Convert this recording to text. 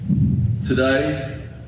Today